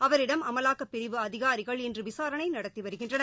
அவரிடம் அமலாக்கப்பிரிவு அதிகாரிகள் இன்று விசாரணை நடத்தி வருகின்றனர்